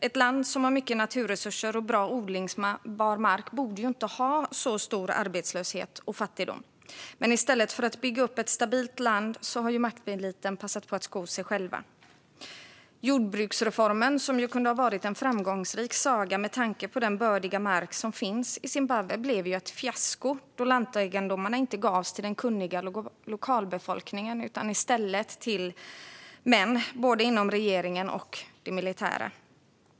Ett land som har mycket naturresurser och bra odlingsbar mark borde inte ha så stor arbetslöshet och fattigdom. Men i stället för att bygga upp ett stabilt land har makteliten passat på att sko sig själv. Jordbruksreformen, som kunde ha varit en framgångsrik saga med tanke på den bördiga mark som finns i Zimbabwe, blev ett fiasko då lantegendomarna inte gavs till den kunniga lokalbefolkningen utan i stället till män inom både regeringen och det militära.